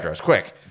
quick